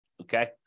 okay